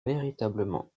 véritablement